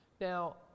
Now